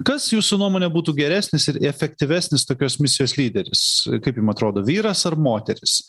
kas jūsų nuomone būtų geresnis ir efektyvesnis tokios misijos lyderis kaip jum atrodo vyras ar moteris